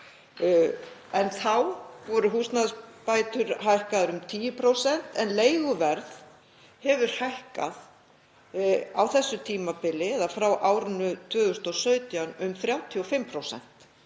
ár. Þá voru húsnæðisbætur hækkaðar um 10% en leiguverð hefur hækkað á þessu tímabili, eða frá árinu 2017, um 35%.